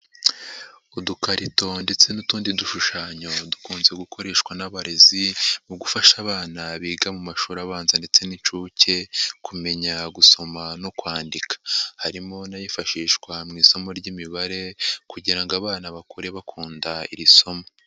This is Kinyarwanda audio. Udukarito ndetse n'utundi dushushanyo dukunze gukoreshwa n'abarezi mu gufasha abana biga mu mashuri abanza ndetse n'inshuke, kumenya gusoma no kwandika. Harimo n'ayifashishwa mu isomo ry'imibare kugira ngo abana bakure bakunda iri somo.